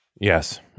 Yes